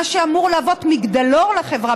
מה שאמור להוות מגדלור לחברה,